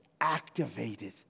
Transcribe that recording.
activated